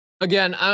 Again